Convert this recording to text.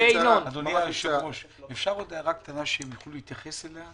אם אפשר עוד הערה קטנה שהם יוכלו להתייחס אליה,